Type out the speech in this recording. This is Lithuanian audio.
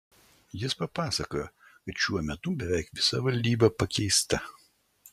jis papasakojo kad šiuo metu beveik visa valdyba pakeista